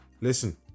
Listen